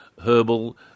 herbal